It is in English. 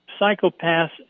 psychopaths